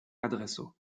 adreso